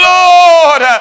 lord